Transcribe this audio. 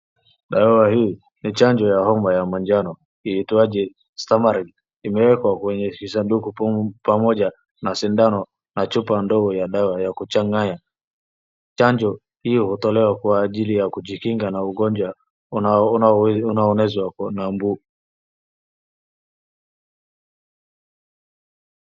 Dawa hii ni chanjo ya homa ya manjano. Inaitwaje Stamaril. Imewekwa kwenye kisanduku pamoja na sindano na chupa ndogo ya dawa ya kuchanganya. Chanjo hiyo hutolewa kwa ajili ya kujikinga na ugonjwa unaoenezwa na mbu.